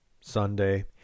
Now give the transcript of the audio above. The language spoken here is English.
Sunday